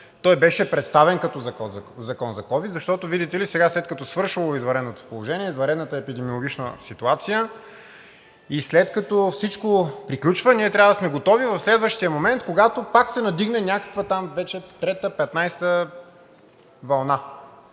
той беше представен като закон за ковид, защото, видите ли, сега, след като свършвало извънредното положение, извънредната епидемиологична ситуация, и след като всичко приключва, ние трябва да сме готови в следващия момент, когато пак се надигне някаква там вече трета, петнадесета